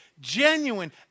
genuine